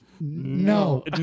no